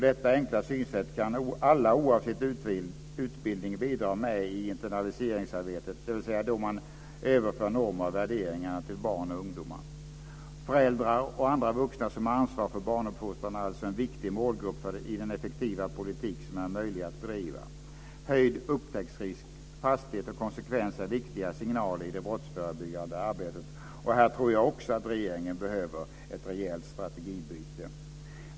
Detta enkla synsätt kan alla oavsett utbildning bidra med i internaliseringsarbetet, dvs. då man överför normer och värderingar till barn och ungdomar. Föräldrar och andra vuxna som har ansvar för barnuppfostran är alltså en viktig målgrupp i den effektiva politik som är möjlig att bedriva. Höjd upptäcktsrisk, fasthet och konsekvens är viktiga signaler i det brottsförebyggande arbetet, och här tror jag också att regeringen behöver ett rejält strategibyte.